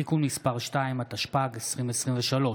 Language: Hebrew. התשפ"ג 2023,